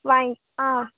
வாங்கி ஆ